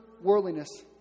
worldliness